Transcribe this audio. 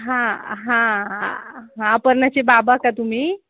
हां हां हां अपर्नाचे बाबा का तुम्ही